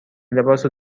لباسو